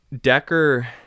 Decker